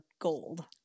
gold